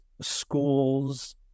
schools